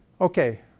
Okay